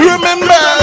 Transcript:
Remember